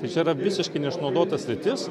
tai čia yra visiškai neišnaudota sritis